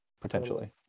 potentially